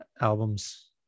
albums